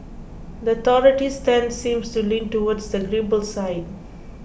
the authorities' stance seems to lean towards the agreeable side